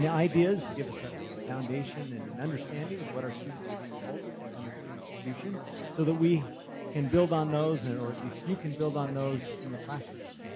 ideas to give us ah some foundation and an understanding of what our students are being told as they come into the institution so that we can build on those, and or at least you can build on those in your classrooms.